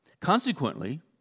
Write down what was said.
Consequently